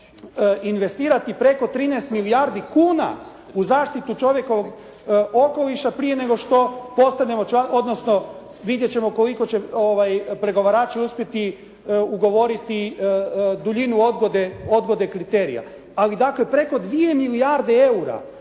investirati preko 13 milijardi kuna u zaštitu čovjekovog okoliša prije nego što postanemo odnosno vidjet ćemo koliko će pregovarači uspjeti ugovoriti duljinu odgode kriterija. Ali dakle preko dvije milijarde EUR-a